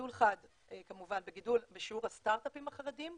כמובן בגידול בשיעור הסטארט-אפים החרדיים,